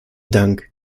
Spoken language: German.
dank